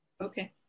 Okay